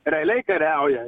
realiai kariauja